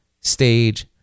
stage